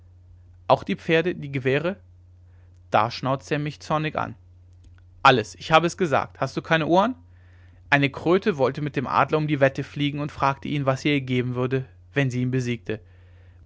auch die pferde die gewehre da schnauzte er mich zornig an alles ich habe es gesagt hast du keine ohren eine kröte wollte mit dem adler um die wette fliegen und fragte ihn was er ihr geben würde wenn sie ihn besiegte